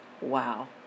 wow